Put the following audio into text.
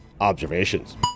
observations